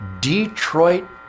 Detroit